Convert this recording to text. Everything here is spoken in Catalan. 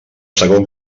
segon